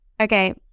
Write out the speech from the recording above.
Okay